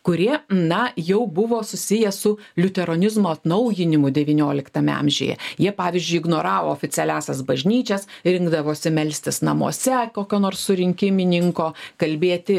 kurie na jau buvo susiję su liuteronizmo atnaujinimu devynioliktame amžiuje jie pavyzdžiui ignoravo oficialiąsias bažnyčias rinkdavosi melstis namuose kokio nors surinkimininko kalbėti